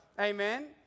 Amen